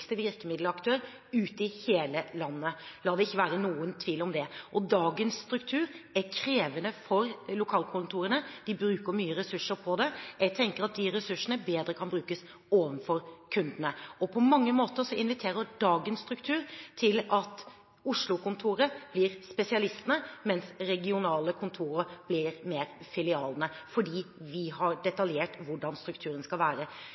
virkemiddelaktør ute i hele landet. La det ikke være noen tvil om det. Dagens struktur er krevende for lokalkontorene. De bruker mye ressurser på dem. Jeg tenker at de ressursene bedre kan brukes på kundene. Og på mange måter inviterer dagens struktur til at Oslo-kontoret blir spesialistene, mens de regionale kontorene mer blir filialene fordi vi har detaljert bestemt hvordan strukturen skal være.